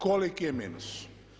Koliki je minus?